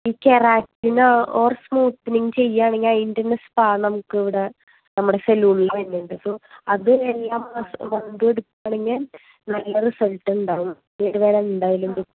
ഈ keratin or smoothening ചെയ്യുകയാണെങ്കിൽ അതിൻ്റെതന്നെ സ്പാ നമുക്ക് ഇവിടെ നമ്മുടെ സലൂണിൽ വരുന്നുണ്ട് സൊ അത് എല്ലാ മാസവും രണ്ടും എടുക്കുകയാണെങ്കിൽ നല്ല റിസൾട്ട് ഉണ്ടാകും ഇത് വരെ എന്തായാലും കിട്ടും